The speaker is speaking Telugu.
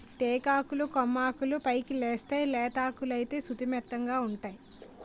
టేకాకులు కొమ్మలాకులు పైకెలేస్తేయ్ లేతాకులైతే సుతిమెత్తగావుంటై